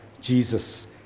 Jesus